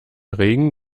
regen